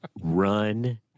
Run